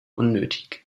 unnötig